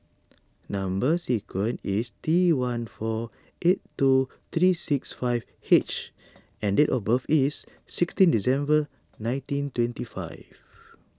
Number Sequence is T one four eight two three six five H and date of birth is sixteen December nineteen twenty five